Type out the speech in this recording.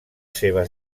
seves